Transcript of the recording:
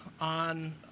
on